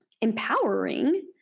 empowering